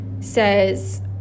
says